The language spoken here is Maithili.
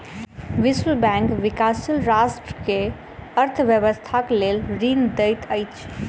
विश्व बैंक विकाशील राष्ट्र के अर्थ व्यवस्थाक लेल ऋण दैत अछि